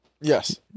Yes